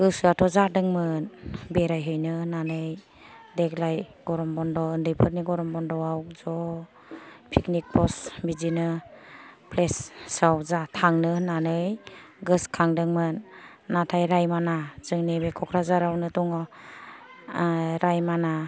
गोसोआथ' जादोंमोन बेराय हैनो होन्नानै देग्लाय गरम बन्द' उन्दैफोरनि गरम बन्द'आव ज' पिकनिक भज बिदिनो प्लेसाव थांनो होन्नानै गोसो खांदोंमोन नाथाय राइम'ना जोंनि बे क'क्राझारावनो दङ आ राइम'ना